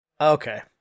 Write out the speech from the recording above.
Okay